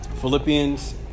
Philippians